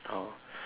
oh